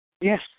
Yes